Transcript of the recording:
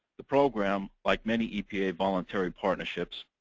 the program, like many epa voluntary partnerships,